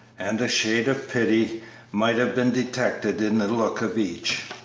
and a shade of pity might have been detected in the look of each,